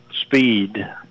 speed